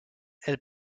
elle